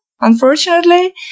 unfortunately